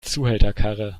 zuhälterkarre